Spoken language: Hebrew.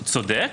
שהירסט צודק,